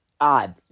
odd